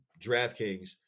DraftKings